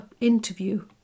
interview